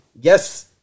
Yes